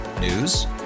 News